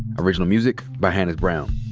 original music by hannis brown.